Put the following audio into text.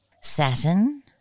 Saturn